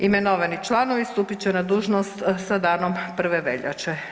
Imenovani članovi stupit će na dužnost sa danom 1. veljače.